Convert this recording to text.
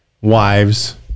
wives